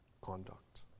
conduct